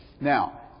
Now